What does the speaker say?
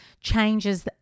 changes